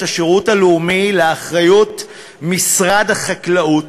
השירות הלאומי לאחריות משרד החקלאות,